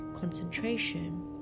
concentration